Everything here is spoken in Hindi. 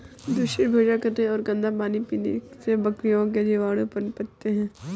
दूषित भोजन करने और गंदा पानी पीने से बकरियों में जीवाणु पनपते हैं